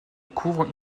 couvre